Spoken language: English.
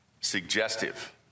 suggestive